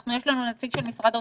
יש לנו נציג של משרד האוצר,